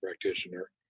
practitioner